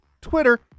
Twitter